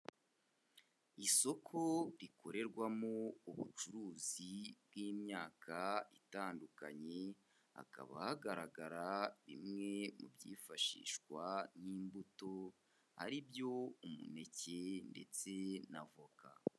Isoko rikorerwamo ubucuruzi bw'imyaka itandukanye, hakaba hagaragara bimwe mu byifashishwa nk'imbuto, ari byo umuneke ndetse na voka.